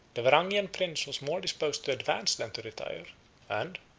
the varangian prince was more disposed to advance than to retire and,